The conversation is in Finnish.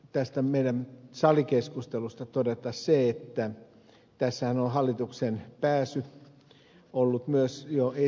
tästä salikeskustelusta voidaan myös todeta se että tässähän on hallitukseenpääsy ollut jo myös esillä ed